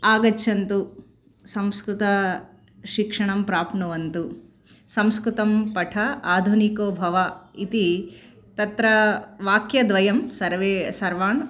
आगच्छन्तु संस्कृतशिक्षणं प्राप्नुवन्तु संस्कृतं पठ आधुनिको भव इति तत्र वाक्यद्वयं सर्वे सर्वान्